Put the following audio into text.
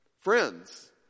Friends